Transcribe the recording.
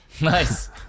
Nice